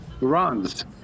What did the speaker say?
runs